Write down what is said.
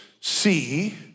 see